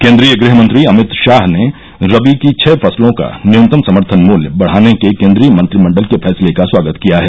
केन्द्रीय गृहमंत्री अमित शाह ने रबी की छह फसलों का न्यूनतम समर्थन मूल्य बढ़ाने के केन्द्रीय मंत्रिमंडल के फैसले का स्वागत किया है